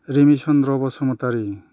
Rimi Chandra Basumatary